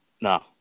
No